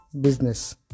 business